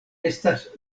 estas